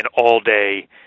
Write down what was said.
all-day